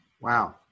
Wow